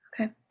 Okay